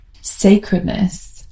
sacredness